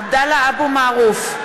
(קוראת בשמות חברי הכנסת) עבדאללה אבו מערוף,